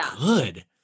good